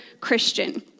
Christian